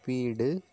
வீடு